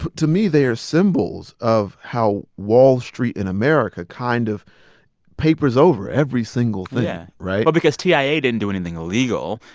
to me, they are symbols of how wall street in america kind of papers over every single thing, right? yeah. well because tiaa yeah didn't do anything illegal.